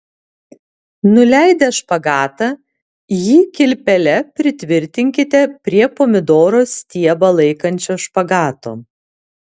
nuleidę špagatą jį kilpele pritvirtinkite prie pomidoro stiebą laikančio špagato